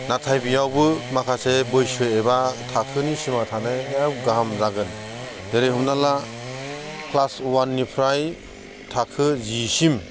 नाथाय बेयावबो माखासे बैसो एबा थाखोनि सिमा थानाया गाहाम जागोन जेरै हमना ला क्लास वाननिफ्राय थाखो जिसिम